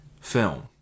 film